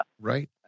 Right